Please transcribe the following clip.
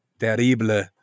Terrible